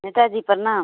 नेता जी प्रणाम